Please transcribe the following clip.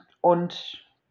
und